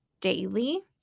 daily